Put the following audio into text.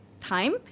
time